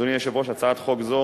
אדוני היושב-ראש, הצעת חוק זו